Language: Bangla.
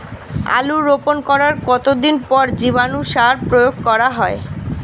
আলু রোপণ করার কতদিন পর জীবাণু সার প্রয়োগ করা হয়?